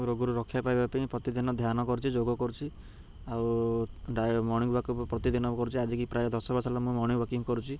ରୋଗରୁ ରକ୍ଷା ପାଇବା ପାଇଁ ପ୍ରତିଦିନ ଧ୍ୟାନ କରୁଛି ଯୋଗ କରୁଛି ଆଉ ମର୍ଣ୍ଣିଂ ୱାକ ପ୍ରତିଦିନ କରୁଛି ଆଜିକି ପ୍ରାୟ ଦଶ ମାସ ହେଲାଣି ମୁଁ ମର୍ଣ୍ଣିଂ ୱାକିଂ କରୁଛି